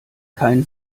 kein